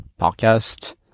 podcast